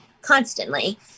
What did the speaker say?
constantly